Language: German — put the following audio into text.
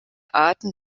arten